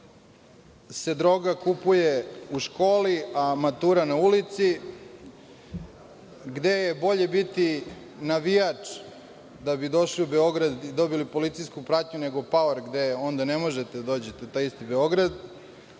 se droga kupuje u školi, a matura na ulici, gde je bolje biti navijač da bi došli i Beograd i dobili policijsku pratnju nego paor gde onda ne možete da dođete u taj isti Beograd,